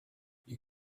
you